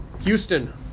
Houston